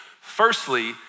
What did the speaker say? Firstly